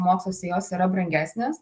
moksluose jos yra brangesnės